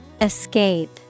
Escape